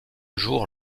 jour